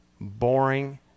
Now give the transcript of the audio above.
boring